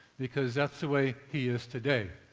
because that's the way he is today.